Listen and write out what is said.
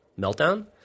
meltdown